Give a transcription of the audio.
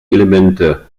elemente